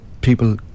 people